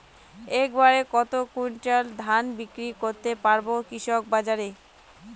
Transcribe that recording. এক বাড়ে কত কুইন্টাল ধান বিক্রি করতে পারবো কৃষক বাজারে?